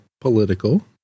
political